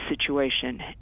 situation